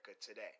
today